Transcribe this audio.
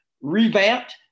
revamped